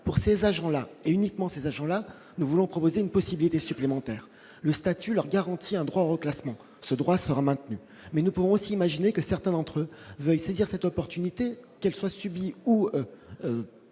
pour ces agents-là et uniquement ces agents-là, nous voulons proposer une possibilité supplémentaire, le statut leur garantit un droit au classement ce droit sera maintenue, mais nous pouvons aussi imaginer que certains d'entre eux veulent saisir cette opportunité, qu'elle soit subi ou